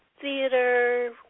theater